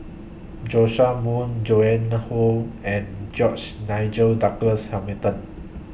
Joash Moo Joan Hon and George Nigel Douglas Hamilton